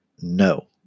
no